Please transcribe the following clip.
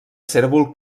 cérvol